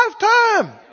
lifetime